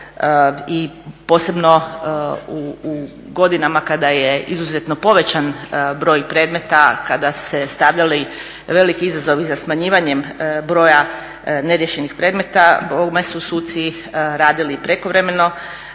i posebno u godinama kada je izuzetno povećan broj predmeta, kada su se stavljali veliki izazovi za smanjivanjem broja neriješenih predmeta bogme su suci radili i prekovremeno.